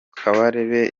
kabarebe